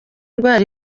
ndwara